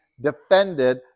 defended